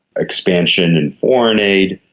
expansion in foreign aid,